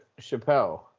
Chappelle